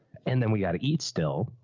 and then we got to eat still,